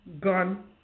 gun